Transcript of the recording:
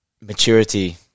maturity